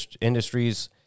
industries